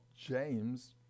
James